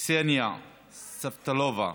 קסניה סבטלובה,